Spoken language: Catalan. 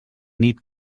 nit